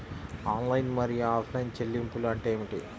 Online మరియు offline చెల్లింపులు అంటే ఏమిటి?